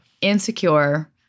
Insecure